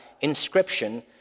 inscription